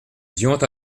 diantre